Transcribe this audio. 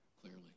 clearly